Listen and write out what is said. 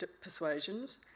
persuasions